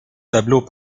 tableau